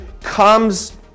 comes